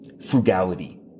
Frugality